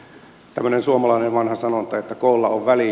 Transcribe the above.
on tämmöinen suomalainen vanha sanonta että koolla on väliä